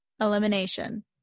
elimination